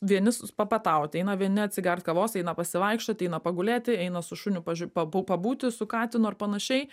vieni s papietaut eina vieni atsigert kavos eina pasivaikščiot eina pagulėti eina su šuniu paž pa pabūti su katinu ar panašiai